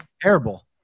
terrible